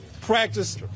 practice